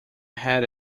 had